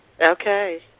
Okay